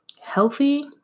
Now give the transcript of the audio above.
healthy